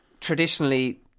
traditionally